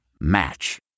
Match